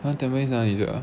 !huh! tampines 哪里 sia